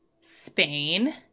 Spain